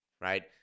Right